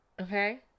Okay